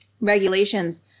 regulations